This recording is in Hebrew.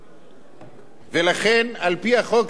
ולכן, על-פי החוק שאנחנו מציעים,